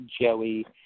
Joey